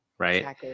Right